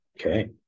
okay